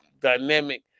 dynamic